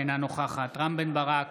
אינה נוכחת רם בן ברק,